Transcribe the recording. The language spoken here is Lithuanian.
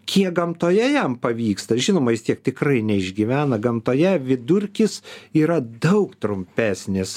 kiek gamtoje jam pavyksta žinoma jis tiek tikrai neišgyvena gamtoje vidurkis yra daug trumpesnis